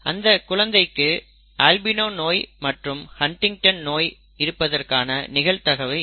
அந்தக் குழந்தைக்கு அல்பிணோ நோய் மற்றும் ஹன்டிங்டன் நோய் இருப்பதற்கான நிகழ்தகவு என்ன